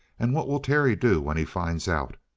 and what will terry do when he finds out?